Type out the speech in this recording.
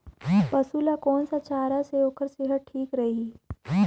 पशु ला कोन स चारा से ओकर सेहत ठीक रही?